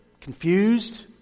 confused